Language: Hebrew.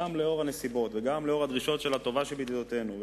גם לנוכח הנסיבות וגם לנוכח הדרישות של הטובה שבידידותינו,